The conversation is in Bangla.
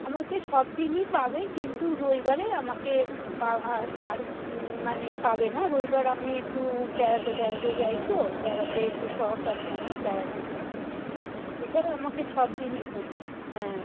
আমাকে সব দিনই পাবে কিন্তু রবিবারে আমাকে পাওয়া পার মানে পাবে না রবিবার আমি একটু বেড়াতে টেড়াতে যাই তো বেড়াতে একটু শখ আছে আমার বেড়াতে যাই এছাড়া আমাকে সব দিনই পাবে হ্যাঁ